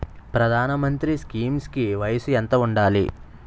ప్రధాన మంత్రి స్కీమ్స్ కి వయసు ఎంత ఉండాలి?